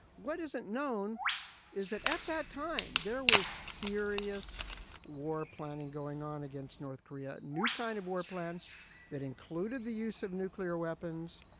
what isn't known is that at that time, there was serious war planning going on against north korea, new kind of war plan that included the use of nuclear weapons,